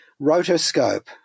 rotoscope